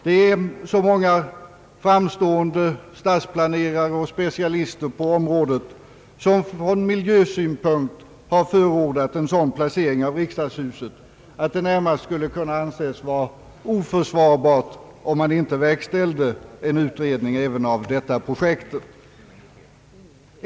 Det är så många framstående stadsplanerare och andra specialister på området som från miljösynpunkt har förordat en sådan placering av riksdagshuset, att det närmast skulle kunna anses vara oförsvarbart om man inte verkställde en utredning även av detta projekt.